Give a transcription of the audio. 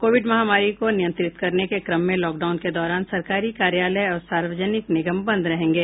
Covid महामारी को नियंत्रित करने के क्रम में लॉकडाउन के दौरान सरकारी कार्यालय और सार्वजनिक निगम बंद रहेंगे